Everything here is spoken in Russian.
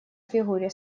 фигуре